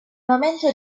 momento